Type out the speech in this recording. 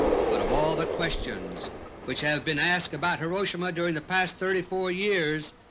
but of all the questions which have been asked about hiroshima during the past thirty four years,